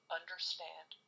understand